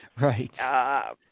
Right